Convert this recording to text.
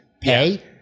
pay